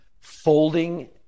folding